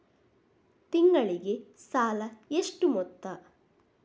ತಿಂಗಳಿಗೆ ಸಾಲ ಎಷ್ಟು ಮೊತ್ತ?